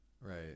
right